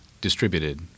distributed